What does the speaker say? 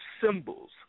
symbols